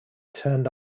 turned